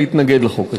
להתנגד לחוק הזה.